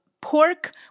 pork